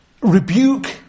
rebuke